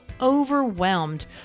overwhelmed